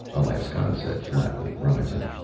alaskon said flatly, rising.